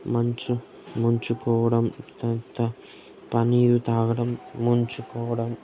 మంచు ముంచుకోవడం తరువాత పన్నీరు త్రాగడం ముంచుకోవడం